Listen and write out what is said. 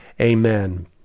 Amen